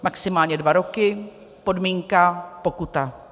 Maximálně dva roky, podmínka, pokuta.